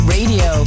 Radio